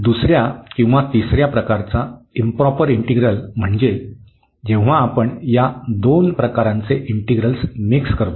दुसऱ्या किंवा तिसऱ्या प्रकारचा इंप्रॉपर इंटिग्रल म्हणजे जेव्हा आपण या दोन प्रकारांचे इंटिग्रलस मिक्स करतो